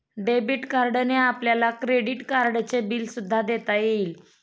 debit कार्डने आपल्याला credit कार्डचे बिल सुद्धा देता येईल